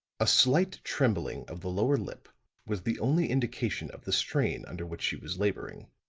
a slight trembling of the lower lip was the only indication of the strain under which she was laboring.